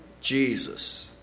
Jesus